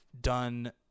done